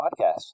podcast